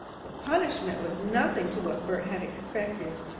the punishment was nothing to what bert had expected,